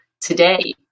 today